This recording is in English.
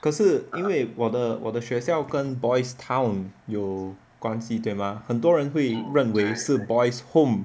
可是因为我的学校跟 boys' town 有关系对吗很多人会认为是 boys' home